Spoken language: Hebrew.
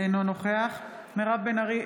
אינו נוכח מירב בן ארי,